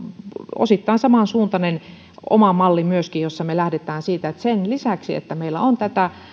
osittain samansuuntainen oma malli myöskin jossa me lähdemme siitä että sen lisäksi että meillä on tätä